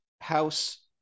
House